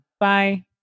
Bye